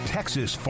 Texas